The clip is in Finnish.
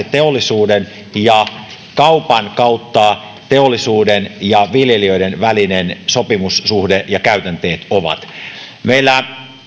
teollisuuden ja kaupan kautta teollisuuden ja viljelijöiden välinen sopimussuhde ja käytänteet ovat meillä